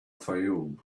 fayoum